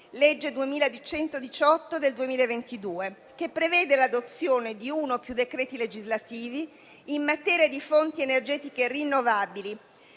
legge n. 118 del 2022, che prevede l'adozione di uno o più decreti legislativi in materia di fonti energetiche rinnovabili.